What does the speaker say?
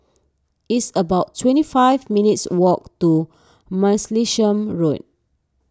it's about twenty five minutes' walk to Martlesham Road